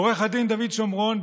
עו"ד דוד שמרון,